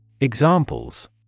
Examples